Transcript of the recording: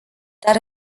dar